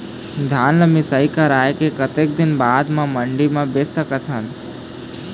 धान ला मिसाई कराए के कतक दिन बाद मा मंडी मा बेच सकथन?